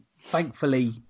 thankfully